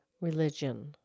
religion